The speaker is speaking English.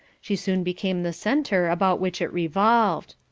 she soon became the centre about which it revolved.